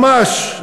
ממש,